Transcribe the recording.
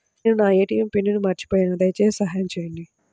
నేను నా ATM pin మర్చిపోయాను దయచేసి సహాయం చేయండి